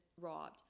robbed